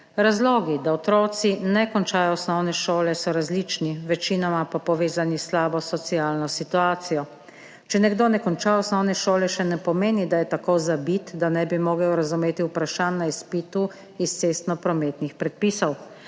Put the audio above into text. Razlogi, da otroci ne končajo osnovne šole, so različni, večinoma pa povezani s slabo socialno situacijo. Če nekdo ne konča osnovne šole, še ne pomeni, da je tako zabit, da ne bi mogel razumeti vprašanj na izpitu iz cestnoprometnih predpisov.